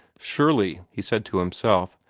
surely, he said to himself,